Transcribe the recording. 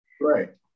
Right